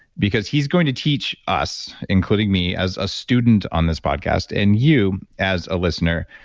because he's going to teach us, including me as a student on this podcast and you as a listener,